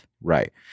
Right